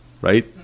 right